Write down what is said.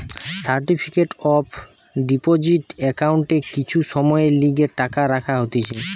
certificate of deposit একাউন্টে কিছু সময়ের লিগে টাকা রাখা হতিছে